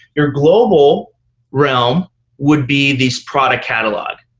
your global realm would be the product catalog,